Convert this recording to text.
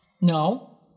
No